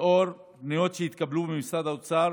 לאור מאות שהתקבלו במשרד האוצר,